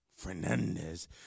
Fernandez